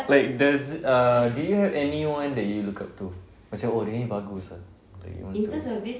wait does err did you have anyone you look up to macam oh dia ni bagus ah like you want to